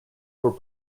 were